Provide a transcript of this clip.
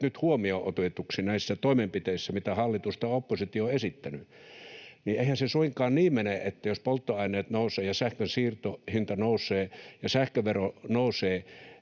nyt huomioon otetuksi näissä toimenpiteissä, mitä hallitus tai oppositio on esittänyt. Eihän se suinkaan niin mene, jos polttoaineet nousevat ja sähkön siirtohinta nousee ja sähkövero nousee,